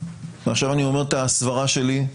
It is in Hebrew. ועכשיו אני אומר את הסברה שלי,